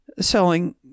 selling